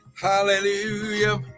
Hallelujah